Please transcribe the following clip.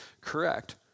correct